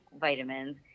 vitamins